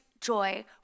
joy